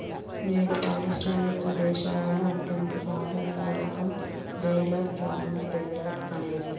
నేడు పారిశ్రామిక దేశాలలో అత్యంత సాధారణ రకం బేలర్ రౌండ్ బేలర్ అనేది